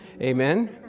amen